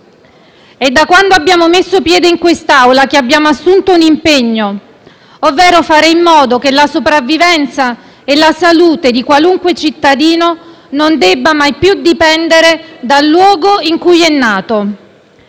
È da quando abbiamo messo piede in quest'Aula che abbiamo assunto un impegno, ovvero fare in modo che la sopravvivenza e la salute di un qualunque cittadino non debbano mai più dipendere dal luogo in cui è nato.